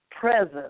present